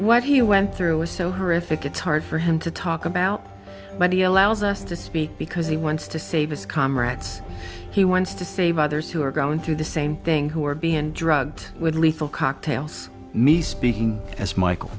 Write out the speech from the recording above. what he went through was so horrific it's hard for him to talk about money allows us to speak because he wants to save his comrades he wants to save others who are going through the same thing who are being drugged with lethal cocktails me speaking as michael